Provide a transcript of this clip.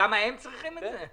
למה הם צריכים את זה?